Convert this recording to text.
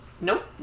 Nope